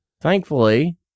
Thankfully